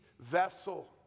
vessel